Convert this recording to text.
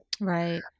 right